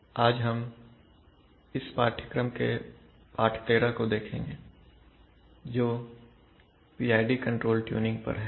तो आज हम इस पाठ्यक्रम के पाठ 13 को देखेंगे जो PID कंट्रोल ट्यूनिंग पर है